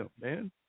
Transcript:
man